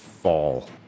fall